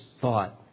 thought